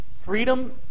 Freedom